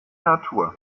natur